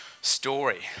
story